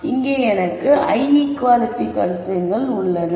இங்கே எனக்கு l equality கன்ஸ்ரைன்ட்கள் உள்ளன